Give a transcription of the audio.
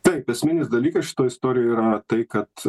taip esminis dalykas šitoj istorijoj yra tai kad